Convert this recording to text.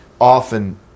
often